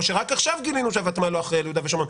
או שרק עכשיו גילינו שהותמ"ל לא אחראי על יהודה ושומרון.